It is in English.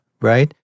Right